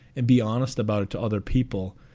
and be honest about it to other people.